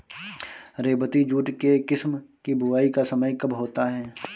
रेबती jute के किस्म की बुवाई का समय कब होता है?